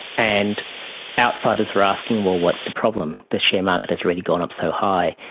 and outsiders were asking, well, what's the problem, the share market has really gone up so high.